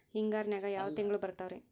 ಹಿಂಗಾರಿನ್ಯಾಗ ಯಾವ ತಿಂಗ್ಳು ಬರ್ತಾವ ರಿ?